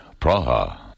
Praha